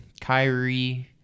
Kyrie